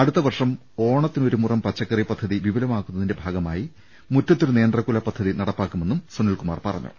അടുത്ത വർഷം ഓണത്തിനൊരുമുറം പച്ചക്കറി പദ്ധതി വിപുലമാക്കുന്നതിന്റെ ഭാഗമായി മുറ്റത്തൊരു നേന്ത്രക്കുല പദ്ധതി നടപ്പാക്കുമെന്നും സുനിൽകുമാർ പറഞ്ഞു